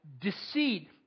Deceit